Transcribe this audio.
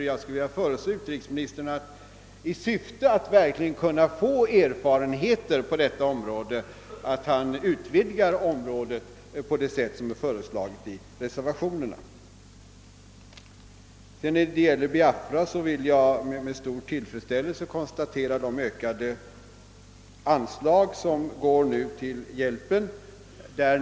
Och jag skulle vilja föreslå utrikesministern att han, i syfte att verkligen få erfarenheter, utvidgar användningsområdet på det sätt som är föreslaget i reservationerna. Vad Biafra beträffar konstaterar jag med stor tillfredsställelse att ökade anslag nu utgår till hjälpen där.